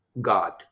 God